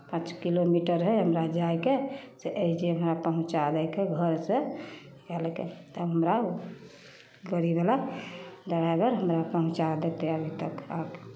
पाँच किलोमीटर हइ हमरा जाइके से अहीँ जे हमरा पहुँचा दइके घर से कहलकै तब हमरा गाड़ीवला ड्राइभर हमरा पहुँचा देतै अभी तक आ कऽ